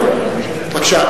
בבקשה.